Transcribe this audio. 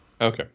Okay